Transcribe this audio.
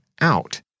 out